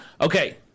Okay